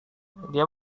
dia